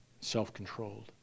self-controlled